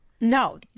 No